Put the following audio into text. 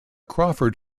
crawford